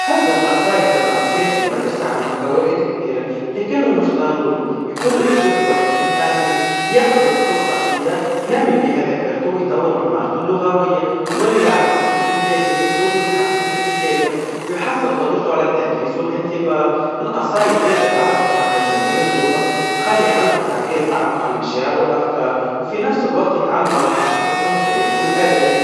حفظ القصايد للأطفال في المدرسا عنده فوايد كبيرا, لكنه من ضروري, بيكون الأسلوب الحيد للتعليم, كيحفظ الطفل قصيدا ينمي بيها ذاكرته ويطور مهارته اللغويا, ويولي يعرف يكتب بالباهي, وأسلوبه يتحسن في الكتابة, ويحسن قدرته على التركيز والإنضباطط, القصايد زادا تعرفهم على جمال اللغا, وتخلي عندهم تعبير أعمق عالمشاعر والأفكار, وفي نفس الوقت يتعلموا على ثقافتهم وتاريخخهم الأدبي.